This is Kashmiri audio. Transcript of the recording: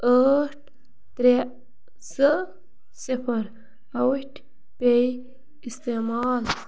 ٲٹھ ترٛےٚ زٕ سِفَر پیٚے استعمال